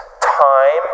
Time